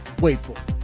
wait for